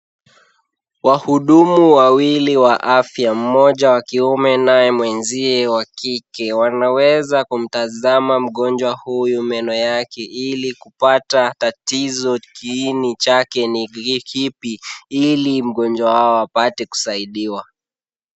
Wahudumu wawili wa afya, mmoja wa kiume naye mwenziwe wa kike, wanaweza kumtazama mgonjwa huyu meno yake, ili kupata tatizo kiini chake ni kipi, ili mgonjwa wao apate kusaidiwa.